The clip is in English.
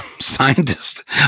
scientist